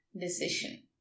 decision